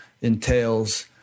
entails